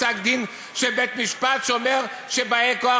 אני מקריא לך פסק-דין של בית-משפט שאומר שבאי-כוח